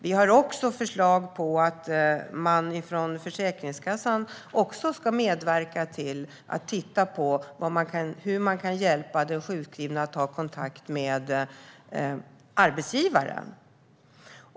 Vi har även förslag på att Försäkringskassan också ska medverka till att titta på hur man kan hjälpa den sjukskrivna att ta kontakt med arbetsgivaren.